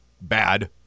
bad